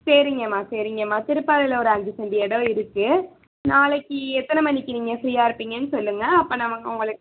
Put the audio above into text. சரிங்கமா சரிங்கமா திருப்பாலையில் ஒரு அஞ்சு செண்டு இடம் இருக்கு நாளைக்கு எத்தனை மணிக்கு நீங்கள் ஃப்ரீயா இருப்பீங்கன்னு சொல்லுங்கள் அப்போ நான் உங்களுக்கு